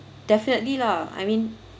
definitely lah I mean